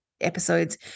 episodes